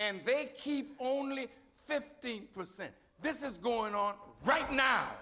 and they keep only fifteen percent this is going on right now